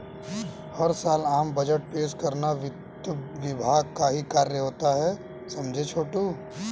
हर साल आम बजट पेश करना वित्त विभाग का ही कार्य होता है समझे छोटू